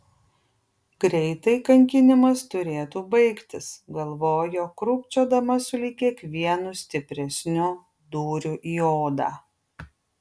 greitai kankinimas turėtų baigtis galvojo krūpčiodama sulig kiekvienu stipresniu dūriu į odą